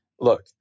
Look